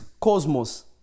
cosmos